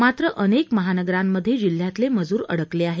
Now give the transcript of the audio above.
मात्र अनेक महानगरामध्ये जिल्ह्यातले मजूर अडकले आहेत